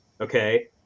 okay